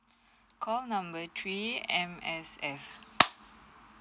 call number three M_S_F